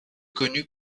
connu